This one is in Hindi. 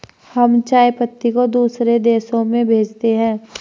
हम चाय पत्ती को दूसरे देशों में भेजते हैं